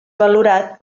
valorat